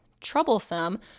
troublesome